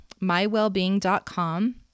mywellbeing.com